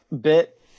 bit